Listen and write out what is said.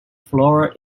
floor